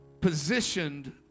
Positioned